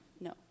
no